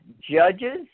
judges